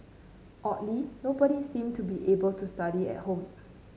oddly nobody seemed to be able to study at home